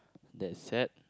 that is sad